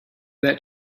that